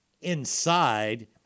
inside